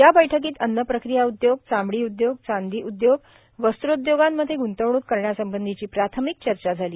या बैठकीत अन्नप्रक्रिया उद्योग चामडी उदयोग चांदी उदयोग वस्त्रोदयोगांमध्ये गृंतवणूक करण्यासंबंधीची प्राथमिक चर्चा झाली